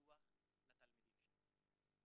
בטוח לתלמידים שלנו.